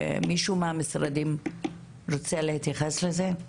מישהו מהמשרדים רוצה להתייחס לזה?